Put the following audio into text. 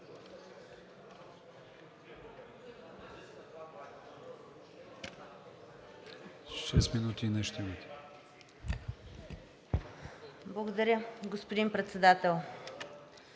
Благодаря, господин Председател.